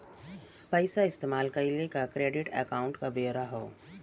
पइसा इस्तेमाल कइले क क्रेडिट अकाउंट क ब्योरा हौ